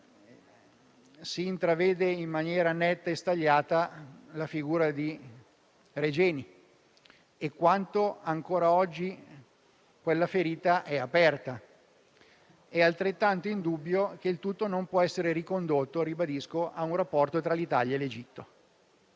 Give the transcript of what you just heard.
si intravede, in maniera netta e stagliata, la figura di Regeni e quanto ancora oggi quella ferita sia aperta. È altrettanto indubbio, però, che il tutto non può essere ricondotto - lo ribadisco - a un rapporto tra l'Italia e l'Egitto.